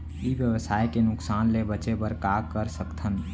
ई व्यवसाय के नुक़सान ले बचे बर का कर सकथन?